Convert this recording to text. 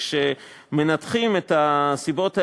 כשמנתחים את הסיבות האלה,